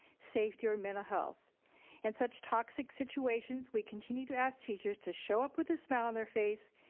safety, or mental health and such toxic situations, we continue to ask teachers to show up with a smile on their face,